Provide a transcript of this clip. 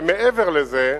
ומעבר לזה,